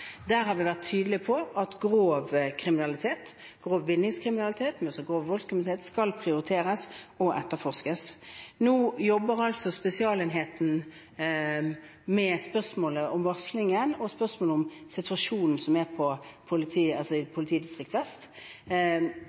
Der har vi vært tydelig på at grov kriminalitet, grov vinningskriminalitet, men også grov voldskriminalitet, skal prioriteres og etterforskes. Nå jobber Spesialenheten med spørsmålet om varslingen og om situasjonen ved Vest politidistrikt. Vi får vente og se på